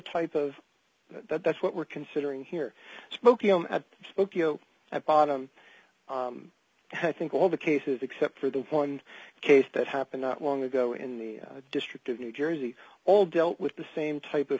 type of that that's what we're considering here smoking spokeo at bottom i think all the cases except for the one case that happened not long ago in the district of new jersey all dealt with the same type of